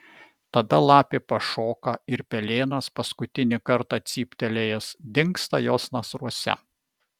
tada lapė pašoka ir pelėnas paskutinį kartą cyptelėjęs dingsta jos nasruose